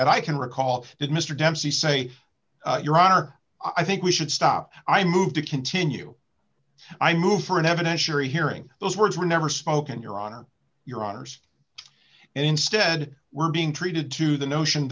that i can recall did mr dempsey say your honor i think we should stop i move to continue i move for an evidentiary hearing those words were never spoken your honor your honors instead we're being treated to the notion